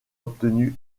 obtenus